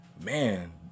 Man